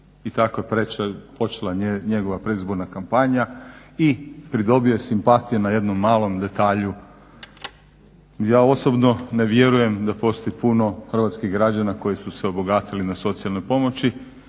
I tako je počela njegova predizborna kampanja. I pridobio je simpatije na jednom malom detalju. Ja osobno ne vjerujem da postoji puno hrvatskih građana koji su se obogatili na socijalnoj pomoći